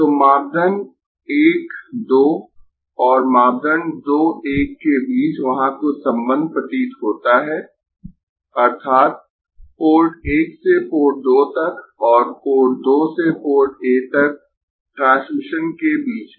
तो मापदंड 1 2 और मापदंड 2 1 के बीच वहां कुछ संबंध प्रतीत होता है अर्थात् पोर्ट 1 से पोर्ट 2 तक और पोर्ट 2 से पोर्ट 1 तक ट्रांसमिशन के बीच में